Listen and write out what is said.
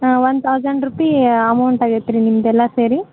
ಹಾಂ one thousand rupee amount ಆಗೈತೆ ರೀ ನಿಮ್ಮದೆಲ್ಲ ಸೇರಿ